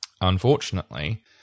Unfortunately